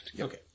Okay